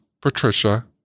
Patricia